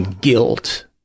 guilt